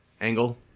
angle